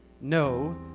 No